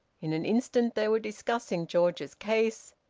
in an instant they were discussing george's case,